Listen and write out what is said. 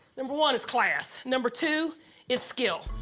number one is class. number two is skill.